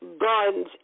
Guns